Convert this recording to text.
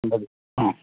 മതി ആ